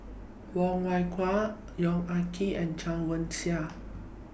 Wong Kwei Cheong Yong Ah Kee and Chen Wen Hsi